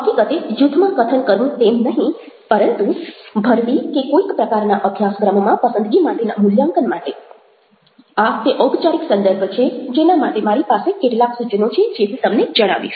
હકીકતે જૂથમાં કથન કરવું તેમ નહિ પરંતુ ભરતી કે કોઈક પ્રકારના અભ્યાસક્રમમાં પસંદગી માટેના મૂલ્યાંકન માટે આ તે ઔપચારિક સંદર્ભ છે જેના માટે મારી પાસે કેટલાક સૂચનો છે જે હું તમને જણાવીશ